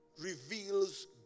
reveals